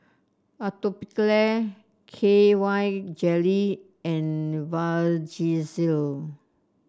Atopiclair K Y Jelly and Vagisil